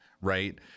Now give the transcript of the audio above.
right